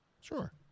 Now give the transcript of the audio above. Sure